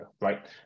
right